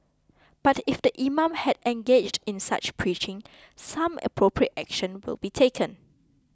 but if the imam had engaged in such preaching some appropriate action will be taken